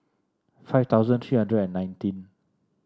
five thousand three hundred and nineteen